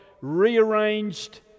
rearranged